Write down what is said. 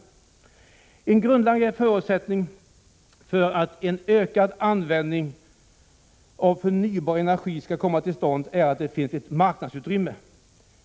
En grundläggande förutsättning för att en ökad användning av förnybar energi skall komma till stånd är att det finns ett marknadsutrymme.